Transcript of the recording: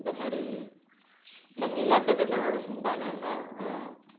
ఇంక మరి మరి నీ ల్యాప్టాప్ ఎట్లా నడుస్తుంది బాగానే ఉందా